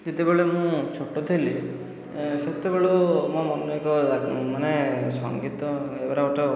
ଯେତେବେଳେ ମୁଁ ଛୋଟ ଥିଲି ସେତେବେଳୁ ମୁଁ ଅନେକ ମାନେ ସଙ୍ଗୀତ ଏଗୁଡ଼ା ଗୋଟିଏ